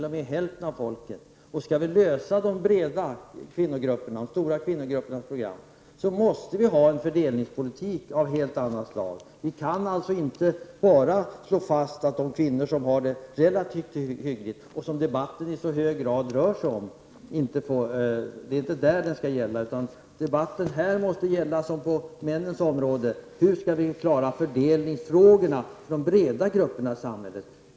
Och om vi skall lösa de stora kvinnogruppernas problem måste vi ha en fördelningspolitik av ett helt annat slag. Debatten får inte bara, som nu i hög grad sker, handla om de kvinnor som har det relativt hyggligt. Debatten måste, liksom på männens område, handla om hur vi skall klara fördelningsfrågorna för de breda grupperna i samhället.